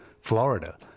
Florida